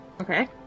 Okay